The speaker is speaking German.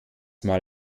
mal